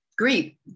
Great